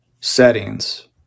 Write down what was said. settings